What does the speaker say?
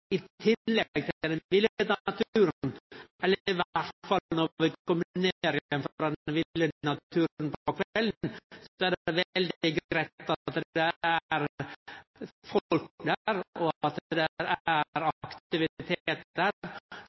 i tillegg til den ville naturen. Eller i alle fall: Når vi kjem ned igjen frå den ville naturen på kvelden, er det veldig greitt at det er folk der, og at det er aktivitet der. Så dei partia som er